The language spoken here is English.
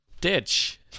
ditch